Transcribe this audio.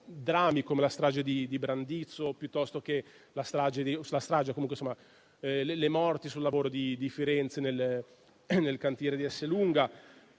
drammi come la strage di Brandizzo, le morti sul lavoro di Firenze nel cantiere di Esselunga